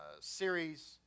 series